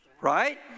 right